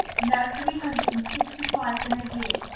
and there are three hundred and sixty-five in a year!